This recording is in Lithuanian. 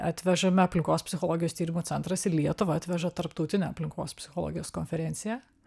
atvežame aplinkos psichologijos tyrimų centras į lietuvą atveža tarptautinę aplinkos psichologijos konferenciją